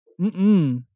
Mm-mm